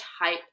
hype